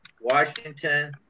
Washington